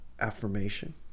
affirmation